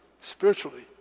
spiritually